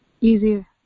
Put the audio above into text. easier